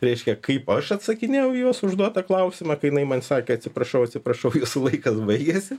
reiškia kaip aš atsakinėjau į jos užduotą klausimą ką jinai man sakė atsiprašau atsiprašau jūsų laikas baigėsi